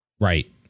right